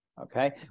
okay